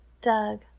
Doug